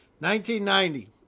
1990